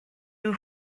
nhw